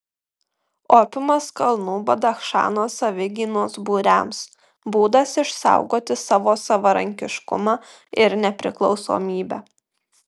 opiumas kalnų badachšano savigynos būriams būdas išsaugoti savo savarankiškumą ir nepriklausomybę